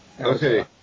Okay